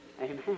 Amen